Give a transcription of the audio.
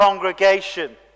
congregation